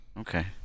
Okay